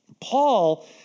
Paul